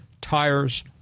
tires